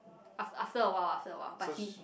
af~ after a while after a while but he